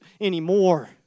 anymore